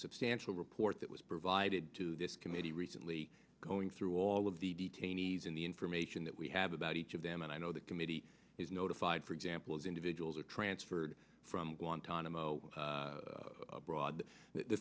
substantial report that was provided to this committee recently going through all of the detainees in the information that we have about each of them and i know the committee is notified for example as individuals are transferred from guantanamo broad the